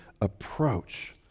approach